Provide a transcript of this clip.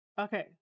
Okay